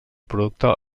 producte